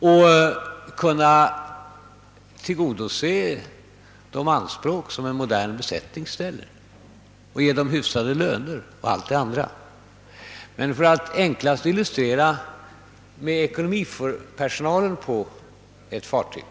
De måste kunna tillgodose de anspråk som en modern besättning ställer, ge hyfsade löner o. s. v. Det är enklast att illustrera problemet med behovet av ekonomipersonal på ett fartyg.